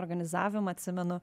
organizavimą atsimenu